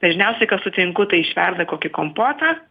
dažniausiai ką sutinku tai išverda kokį kompotą